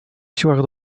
siłach